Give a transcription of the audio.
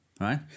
Right